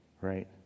Right